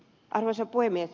arvoisa puhemies